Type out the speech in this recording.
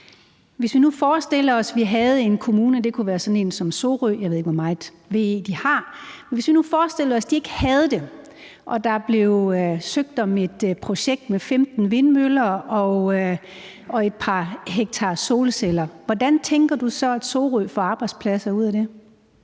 Hvis vi nu forestiller os, at vi havde en kommune, – det kunne være sådan en som Sorø, jeg ved ikke hvor meget VE, de har – som ikke har VE, og at der blev søgt om et projekt med 15 vindmøller og et par hektar solceller, hvordan tænker ordføreren så, at Sorø får arbejdspladser ud af det?